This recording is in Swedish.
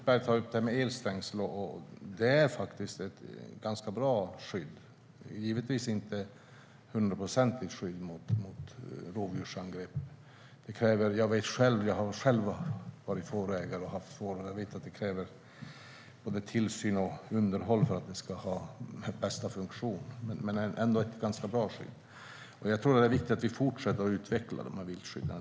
Herr talman! Ulf Berg tog upp frågan om elstängsel. Det är ett bra skydd men givetvis inte ett hundraprocentigt skydd mot rovdjursangrepp. Jag har själv varit fårägare, och jag vet att stängsel kräver både tillsyn och underhåll för att de ska fungera bäst. Men de är ändå ett ganska bra skydd. Det är viktigt att vi fortsätter att utveckla viltskydden.